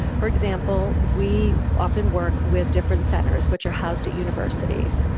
for example, we often work with different centers which are housed at universities.